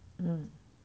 mm